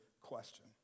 question